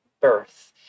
birth